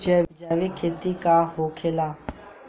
जैविक खेती का होखेला?